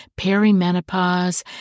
perimenopause